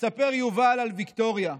מספר יובל על ויקטוריה.